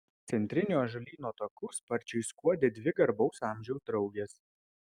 centriniu ąžuolyno taku sparčiai skuodė dvi garbaus amžiaus draugės